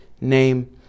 name